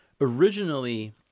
Originally